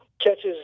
catches